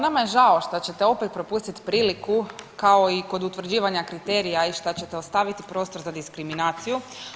Pa nama je žao šta ćete opet propustiti priliku kao i kod utvrđivanja kriterija i šta ćete ostaviti prostor za diskriminaciju.